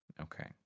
okay